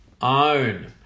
own